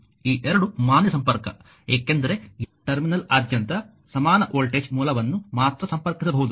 ಈ ಎರಡು ಮಾನ್ಯ ಸಂಪರ್ಕ ಏಕೆಂದರೆ ಯಾವುದೇ ಟರ್ಮಿನಲ್ನಾದ್ಯಂತ ಸಮಾನ ವೋಲ್ಟೇಜ್ ಮೂಲವನ್ನು ಮಾತ್ರ ಸಂಪರ್ಕಿಸಬಹುದು